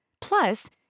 plus